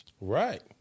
Right